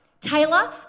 Taylor